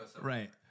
Right